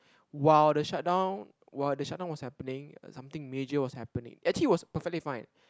while the shut down while the shut down was happening uh something major was happening actually was perfectly fine